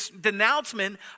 denouncement